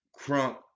Crunk